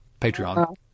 Patreon